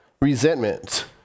resentment